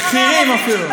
בכירים אפילו.